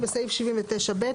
בסעיף 79ב,